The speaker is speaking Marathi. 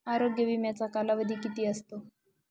आरोग्य विम्याचा कालावधी किती असतो?